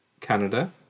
Canada